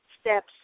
steps